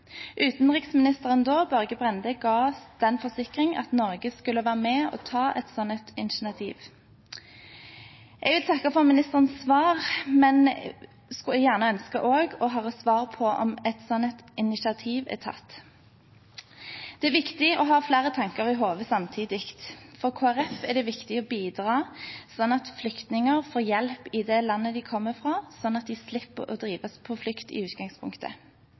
Børge Brende ga oss den forsikringen at Norge skulle være med og ta et slikt initiativ. Jeg vil takke for ministerens svar, men skulle gjerne også høre svar på om et slikt initiativ er tatt. Det er viktig å ha flere tanker i hodet samtidig. For Kristelig Folkeparti er det viktig å bidra slik at flyktninger får hjelp i det landet de kommer fra, slik at de slipper å bli drevet på flukt i utgangspunktet.